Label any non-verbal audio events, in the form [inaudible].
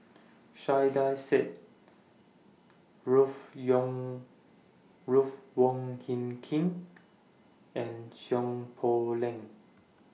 Saiedah Said Ruth Yong Ruth Wong Heng King and [unintelligible] Poh Leng